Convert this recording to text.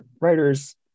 writers